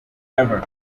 ever